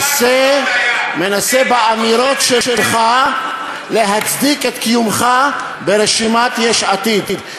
מנסה באמירות שלך להצדיק את קיומך ברשימת יש עתיד.